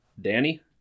Danny